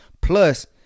plus